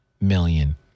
million